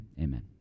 Amen